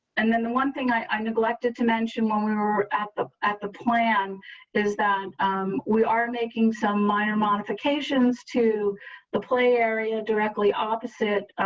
and then the one thing i neglected to mention when we are at the at the plan is that um we are making some minor modifications to the play area directly opposite,